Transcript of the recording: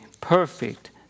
perfect